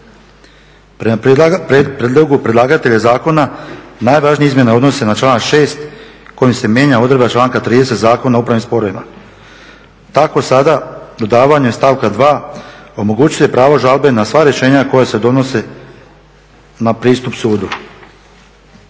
Prema prijedlogu predlagatelja zakona najvažnija izmjena odnosi se na članak 6. kojim se mijenja odredba članka 30. Zakona o upravnim sporovima. Tako sada davanjem stavka 2. omogućuje se pravo žalbe na sva rješenja koja se donose na pristup sudu.